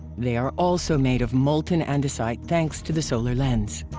they are also made of molten andesite thanks to the solar lens.